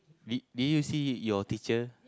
did did you see your teacher